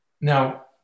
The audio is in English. Now